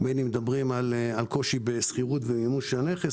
בין אם מדובר על קושי בסחירות ומימוש הנכס.